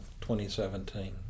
2017